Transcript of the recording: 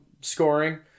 scoring